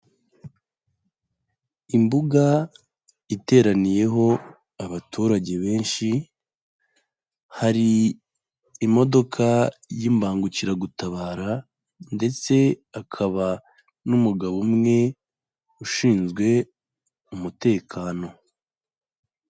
Imbuga iteraniyeho abaturage benshi, hari imodoka y'imbangukiragutabara ndetse hakaba n'umugabo umwe ushinzwe umutekano.